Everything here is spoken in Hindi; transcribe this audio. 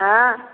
हाँ